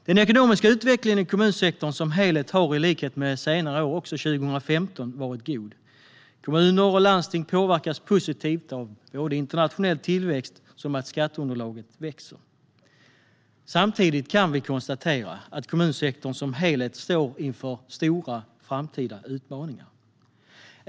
Den ekonomiska utvecklingen i kommunsektorn som helhet har liksom på senare år varit god även 2015. Kommuner och landsting påverkas positivt både av internationell tillväxt och av att skatteunderlaget växer. Samtidigt kan vi konstatera att kommunsektorn som helhet står inför stora framtida utmaningar.